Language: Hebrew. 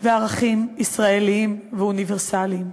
וערכים ישראליים ואוניברסליים.